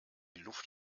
luft